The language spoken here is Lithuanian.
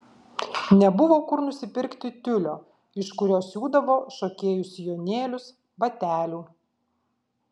nebuvo kur nusipirkti tiulio iš kurio siūdavo šokėjų sijonėlius batelių